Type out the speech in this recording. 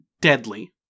deadly